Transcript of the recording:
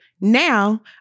Now